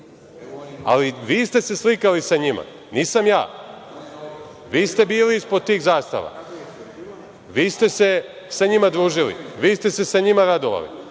Ali, vi ste se slikali sa njima, nisam ja. Vi ste bili ispod tih zastava. Vi ste sa njima družili. Vi ste se sa njima radovali.